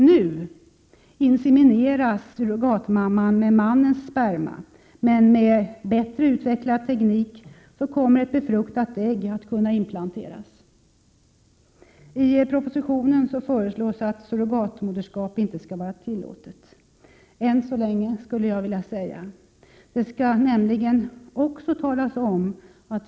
Nu insemineras surrogatmamman med mannens sperma, men med en bättre utvecklad teknik kommer ett befruktat ägg att kunna implanteras. I propositionen föreslås att surrogatmoderskap inte skall tillåtas, än så länge, skulle jag vilja säga.